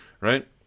right